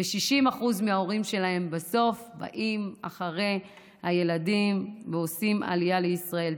ו-60% מההורים שלהם בסוף באים אחרי הילדים ועושים עלייה לישראל.